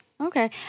Okay